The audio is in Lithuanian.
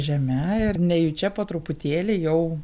žeme ir nejučia po truputėlį jau